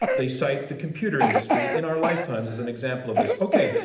they cite the computer industry in our lifetimes as an example of this. okay,